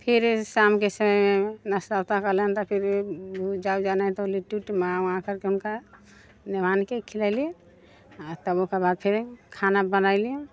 फिर शामके समयमे नाश्ता वाश्ता कयलनि तऽ फिर जँऽ जाना है तऽ लिट्टी उट्टी मङ्गाकर हुनका मेहमानके खियैली तब ओकर बाद फेर खाना बनैली